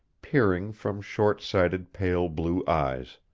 peering from short-sighted pale blue eyes